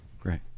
Great